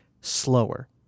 slower